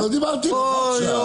לא דיברתי אליך עכשיו.